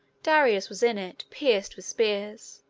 darius was in it, pierced with spears.